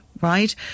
right